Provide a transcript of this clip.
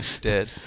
dead